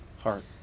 heart